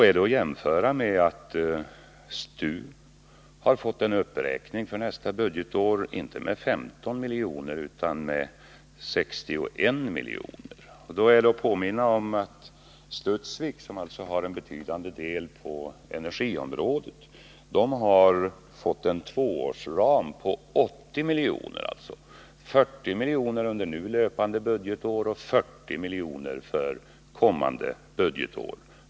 Då bör man jämföra med att STU för nästa budgetår har fått en uppräkning inte med 15 miljoner utan med 61 miljoner. Och då bör man påminna om att Studsvik, som svarar för en betydande del av utvecklingsarbetet på energiområdet, har fått en tvåårsram på 80 miljoner — 40 milj.kr. under nu löpande budgetår och 40 milj.kr. för kommande budgetår.